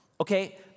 Okay